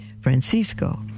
Francisco